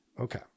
Okay